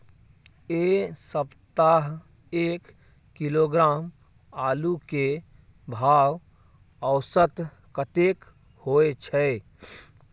ऐ सप्ताह एक किलोग्राम आलू के भाव औसत कतेक होय छै?